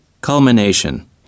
Culmination